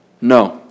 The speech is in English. no